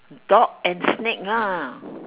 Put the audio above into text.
dog and snake lah